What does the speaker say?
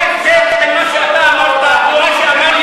מה ההבדל בין מה שאתה אמרת למה שאמר,